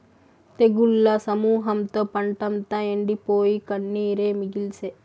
తెగుళ్ల సమూహంతో పంటంతా ఎండిపోయి, కన్నీరే మిగిల్సే